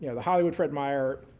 yeah the hollywood fred meyer